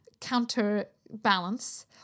counterbalance